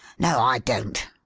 no, i don't.